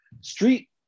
street